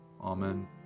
Amen